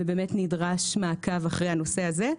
ונדרש מעקב אחרי הנושא הזה.